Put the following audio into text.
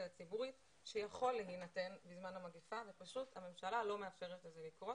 הציבורית שיכול להינתן בזמן המגפה והממשלה לא מאפשרת לזה לקרות.